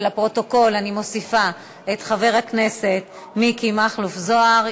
ולפרוטוקול אני מוסיפה את חבר הכנסת מכלוף מיקי זוהר.